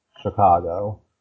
Chicago